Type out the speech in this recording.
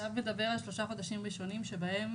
הצו מדבר על שלושה חודשים ראשונים שבהם